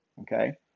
Okay